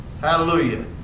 hallelujah